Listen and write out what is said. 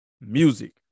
music